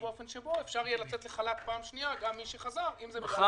באופן שבו אפשר יהיה לצאת לחל"ת פעם שנייה גם מי שחזר לעבוד.